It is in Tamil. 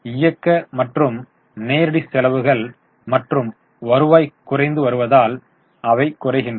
இயக்க மற்றும் நேரடி செலவுகள் மற்றும் வருவாய் குறைந்து வருவதால் அவை குறைகின்றன